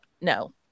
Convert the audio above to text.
no